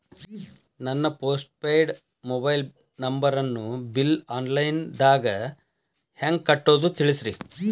ನನ್ನ postpaid mobile ನಂಬರನ್ನು bill online ದಾಗ ಹೆಂಗ್ ಕಟ್ಟೋದು ತಿಳಿಸ್ರಿ